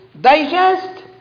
digest